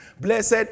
Blessed